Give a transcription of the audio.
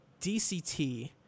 DCT